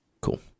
Cool